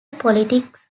politics